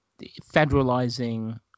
federalizing